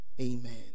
Amen